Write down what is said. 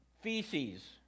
feces